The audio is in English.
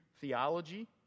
theology